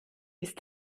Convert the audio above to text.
ist